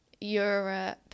Europe